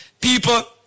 People